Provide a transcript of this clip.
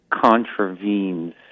contravenes